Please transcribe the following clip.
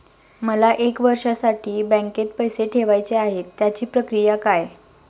मला एक वर्षासाठी बँकेत पैसे ठेवायचे आहेत त्याची प्रक्रिया काय?